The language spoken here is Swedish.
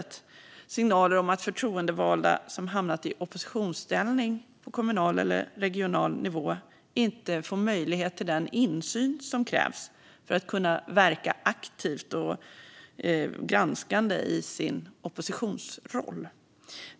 Det är signaler om att förtroendevalda som hamnat i oppositionsställning på kommunal eller regional nivå inte får möjlighet till den insyn som krävs för att verka aktivt och granskande i sin roll.